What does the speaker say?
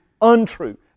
untrue